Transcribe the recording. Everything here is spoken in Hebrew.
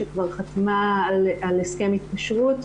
שכבר חתמה על הסכם התקשרות,